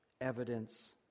evidence